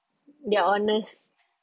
they're honest